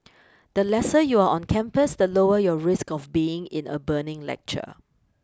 the lesser you are on campus the lower your risk of being in a burning lecture